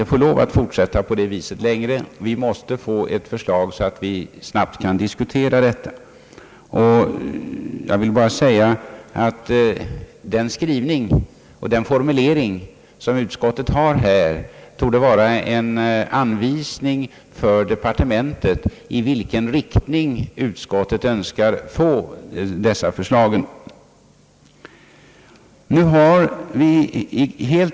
Vi måste få ett förslag så att vi snabbt kan diskutera detta. Den skrivning som utskottet gjort torde enligt min uppfattning vara en anvisning för departementet om i vilken riktning utskottet önskar att dessa förslag skall gå.